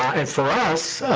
and for us,